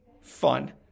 Fun